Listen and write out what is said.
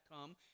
come